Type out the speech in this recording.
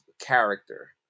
character